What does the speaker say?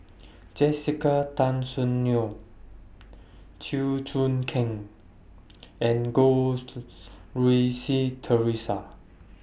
Jessica Tan Soon Neo Chew Choo Keng and Goh Rui Si Theresa